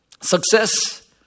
Success